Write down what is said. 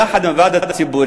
יחד עם הוועד הציבורי,